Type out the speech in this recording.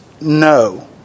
no